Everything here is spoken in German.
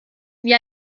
wie